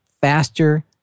faster